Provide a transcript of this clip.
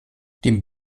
dem